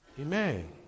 Amen